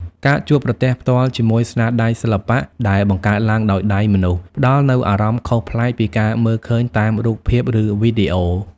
ការជួបប្រទះផ្ទាល់ជាមួយស្នាដៃសិល្បៈដែលបង្កើតឡើងដោយដៃមនុស្ស ផ្តល់នូវអារម្មណ៍ខុសប្លែកពីការមើលឃើញតាមរូបភាព ឬវីដេអូ។